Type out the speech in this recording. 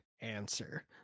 answer